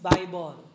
Bible